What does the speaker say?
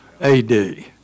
AD